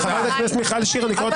אבל